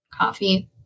coffee